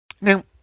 Now